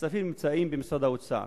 הכספים נמצאים במשרד האוצר.